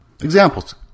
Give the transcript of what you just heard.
Examples